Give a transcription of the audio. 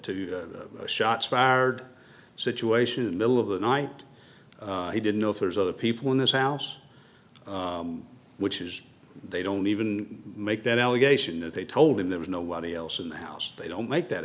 the shots fired situation in the middle of the night he didn't know if there's other people in this house which is they don't even make that allegation that they told him there was nobody else in the house they don't make that